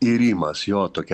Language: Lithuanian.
irimas jo tokia